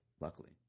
luckily